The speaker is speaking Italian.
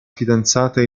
fidanzata